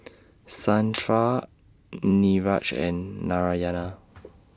Santha Niraj and Narayana